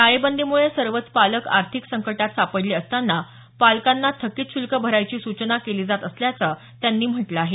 टाळेबंदीमुळे सर्वच पालक आर्थिक संकटात सापडले असताना पालकांना थकीत शूल्क भरायची सूचना केली जात असल्याचं त्यांनी म्हटलं आहे